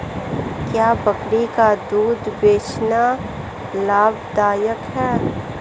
क्या बकरी का दूध बेचना लाभदायक है?